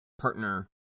partner